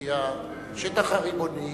כי השטח הריבוני